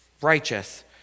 righteous